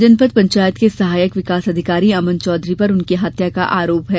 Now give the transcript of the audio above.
जनपद पंचायत के सहायक विकास अधिकारी अमन चौधरी पर उनकी हत्या का आरोप है